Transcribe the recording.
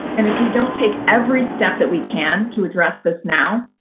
and if we don't take every step that we can to address this now,